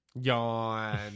Yawn